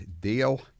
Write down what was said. deal